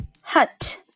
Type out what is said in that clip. Hut